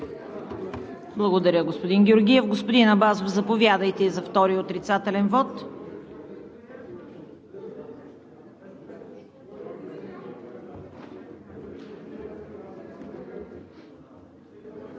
Благодаря, господин Георгиев. Господин Абазов, заповядайте за втори отрицателен вот.